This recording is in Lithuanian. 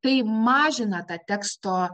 tai mažina tą teksto